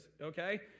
Okay